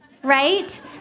Right